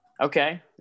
okay